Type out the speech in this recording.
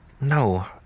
no